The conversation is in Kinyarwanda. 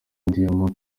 diamant